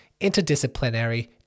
interdisciplinary